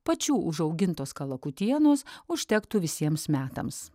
pačių užaugintos kalakutienos užtektų visiems metams